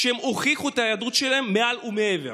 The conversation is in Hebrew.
כשהם הוכיחו את היהדות שלהם מעל ומעבר.